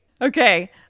Okay